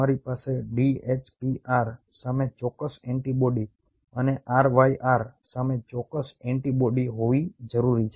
તમારી પાસે DHPR સામે ચોક્કસ એન્ટિબોડી અને RYR સામે ચોક્કસ એન્ટિબોડીઝ હોવી જરૂરી છે